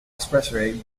expressway